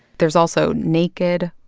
there's also naked,